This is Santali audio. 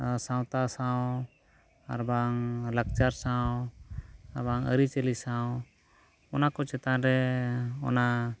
ᱥᱟᱶᱛᱟ ᱥᱟᱶ ᱟᱨᱵᱟᱝ ᱞᱟᱠᱪᱟᱨ ᱥᱟᱶ ᱟᱨᱵᱟᱝ ᱟᱹᱨᱤᱪᱟᱹᱞᱤ ᱥᱟᱶ ᱚᱱᱟ ᱠᱚ ᱪᱮᱛᱟᱱ ᱨᱮ ᱚᱱᱟ